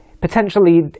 potentially